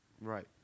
Right